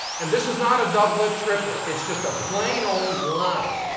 and this is not a doublet, triplet it's just a plain old line.